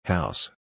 House